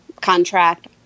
contract